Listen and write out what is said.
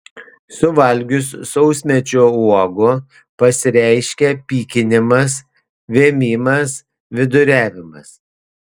suvalgius sausmedžio uogų pasireiškia pykinimas vėmimas viduriavimas